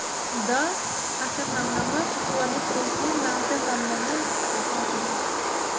دہ اکھ ہتھ نَمنَمَتھ ژور ہَتھ ترٛیہِ شیٖتھ نو شَتھ نَمنَمَتھ زٕ ساس نو